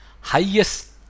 highest